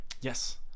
Yes